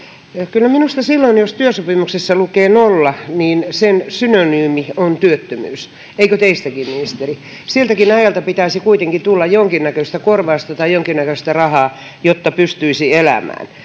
kyllä minusta silloin jos työsopimuksessa lukee nolla sen synonyymi on työttömyys eikö teistäkin ministeri siltäkin ajalta pitäisi kuitenkin tulla jonkinnäköistä korvausta tai jonkinnäköistä rahaa jotta pystyisi elämään